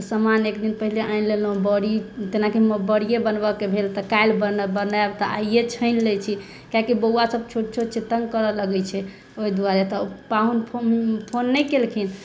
तऽ समान एक दिन पहिले आनि लेलहुॅं बड़ी जेनाकि बड़िए बनबऽ के भेल तऽ काल्हि बनायब तऽ आइए छानि लै छी कियाकि बौआ सभ छोट छोट छै तंग करऽ लगै छै ओहि दुआरे तऽ पाहुन फोन फोन नहि केलखिन